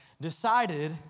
decided